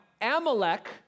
Amalek